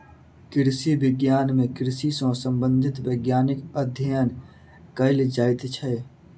कृषि विज्ञान मे कृषि सॅ संबंधित वैज्ञानिक अध्ययन कयल जाइत छै